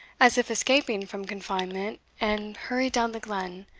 as if escaping from confinement and hurried down the glen,